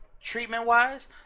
treatment-wise